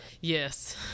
Yes